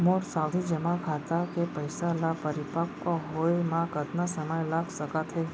मोर सावधि जेमा खाता के पइसा ल परिपक्व होये म कतना समय लग सकत हे?